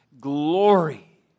glory